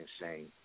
insane